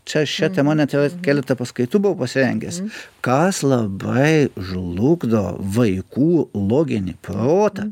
čia šia tema net keletą paskaitų buvau pasirengęs kas labai žlugdo vaikų loginį protą